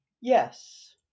Yes